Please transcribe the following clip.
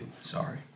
sorry